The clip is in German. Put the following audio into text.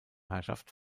herrschaft